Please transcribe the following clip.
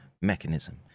mechanism